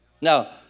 Now